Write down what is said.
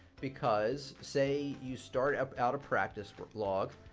because, say you start up out a practice log,